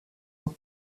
del